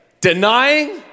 denying